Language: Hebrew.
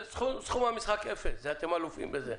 סכום המשחק הוא אפס, אתם אלופים בזה.